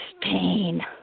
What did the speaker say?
pain